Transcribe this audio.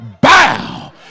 bow